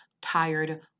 tired